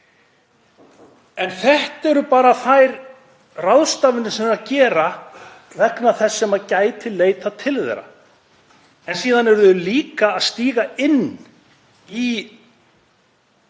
En þetta eru bara þær ráðstafanir sem þau eru að gera vegna þeirra sem gætu leitað til þeirra. Síðan eru þau líka að stíga inn í